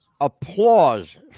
Applause